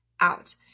out